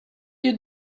you